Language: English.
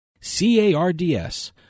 C-A-R-D-S